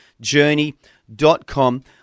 Journey.com